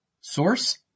Source